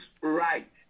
right